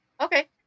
Okay